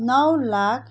नौ लाख